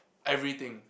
everything